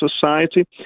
society